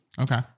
Okay